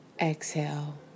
Exhale